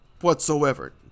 whatsoever